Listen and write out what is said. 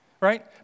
right